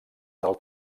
del